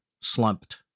slumped